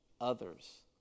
Others